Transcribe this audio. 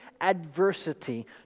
adversity